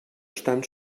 estan